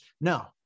No